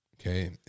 Okay